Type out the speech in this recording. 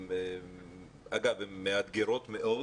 אגב, הן מאתגרות מאוד